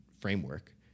framework